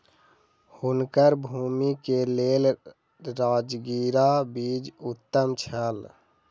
हुनकर भूमि के लेल राजगिरा बीज उत्तम छल